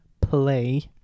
Play